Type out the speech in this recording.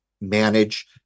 manage